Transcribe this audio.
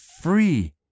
free